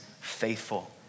faithful